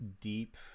deep